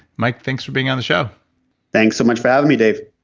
mike, thanks for being on the show thanks so much for having me, dave